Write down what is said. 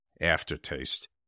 aftertaste